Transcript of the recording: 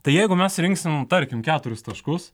tai jeigu mes surinksim tarkim keturis taškus